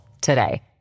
today